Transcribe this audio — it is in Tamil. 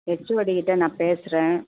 ஹெச்ஓடிக்கிட்டே நான் பேசுகிறேன்